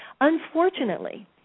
Unfortunately